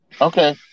Okay